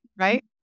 right